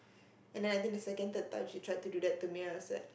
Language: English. and then I think the second third time she tried to do that to me I was like